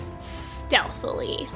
Stealthily